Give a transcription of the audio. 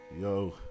yo